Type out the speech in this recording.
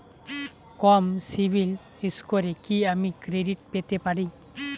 কম CIBIL স্কোরে কি আমি ক্রেডিট পেতে পারি?